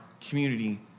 community